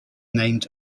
named